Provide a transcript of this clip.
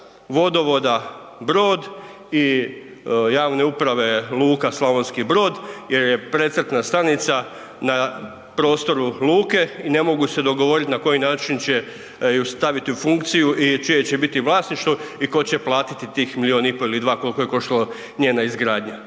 vodovoda Brod i javne uprave luka Slavonski Brod jer je precrtna stanica na prostoru luke i ne mogu se dogovoriti na koji način će ju staviti u funkciju i čije će biti vlasništvo i ko će platiti tih milijun i pol ili 2, koliko je koštalo njena izgradnja.